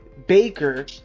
Baker